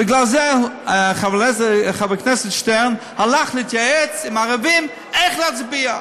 בגלל זה חבר הכנסת שטרן הלך להתייעץ עם הערבים איך להצביע,